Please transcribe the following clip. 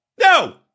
no